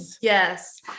Yes